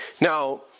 Now